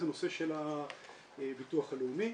זה הנושא של הביטוח הלאומי,